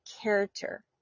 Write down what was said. character